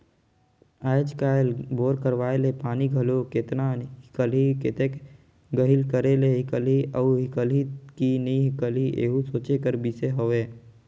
आएज काएल बोर करवाए ले पानी घलो केतना हिकलही, कतेक गहिल करे ले हिकलही अउ हिकलही कि नी हिकलही एहू सोचे कर बिसे हवे